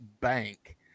bank